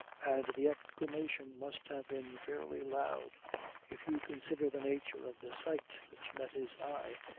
and the exclamation must have been fairly loud if you consider the nature of the sight which met his eye.